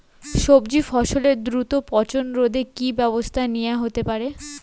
সবজি ফসলের দ্রুত পচন রোধে কি ব্যবস্থা নেয়া হতে পারে?